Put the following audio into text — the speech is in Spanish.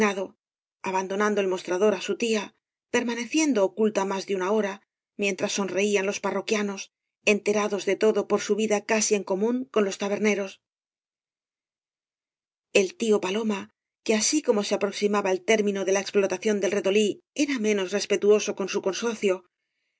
donando el mostrador á su tía permaneciendo oculta más de una hora mientras sonreían los parroquianos enterados de todo por su vida casi en común con los taberneros el tío paloma que así como se aproximaba el término de la explotación del redolí era menos respetuoso con su consocio